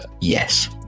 Yes